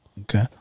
Okay